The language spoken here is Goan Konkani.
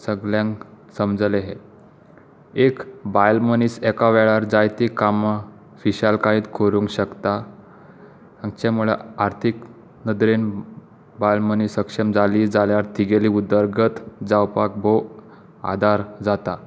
सगल्यांक समजलें हें एक बायल मनीस एका वेळार जायतीं कामां फिशालकायेंत करूंक शकता सांगचें म्हळ्यार आर्थीक नदरेन बायल मनीस सक्षम जाली जाल्यार तिगेली उदरगत जावपाक भोव आदार जाता